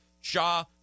Shaw